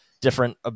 different